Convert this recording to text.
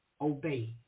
obey